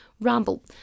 ramble